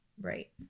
Right